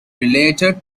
related